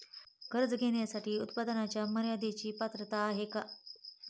कर्ज घेण्यासाठी उत्पन्नाच्या मर्यदेची पात्रता आहे का?